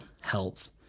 health